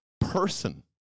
person